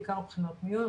בעיקר בחינות מיון,